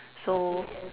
so